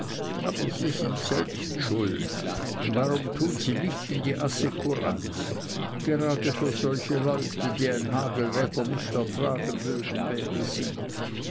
aber sie sind selbst schuld warum tun sie nicht in die assekuranz gerade für solche leute die ein hagelwetter nicht ertragen mögen wäre sie